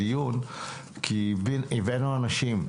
הדיון כי הבאנו אנשים.